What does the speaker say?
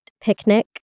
picnic